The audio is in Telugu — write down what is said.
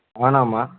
అవునమ్మ